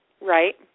Right